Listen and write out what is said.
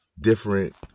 different